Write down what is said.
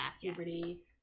Puberty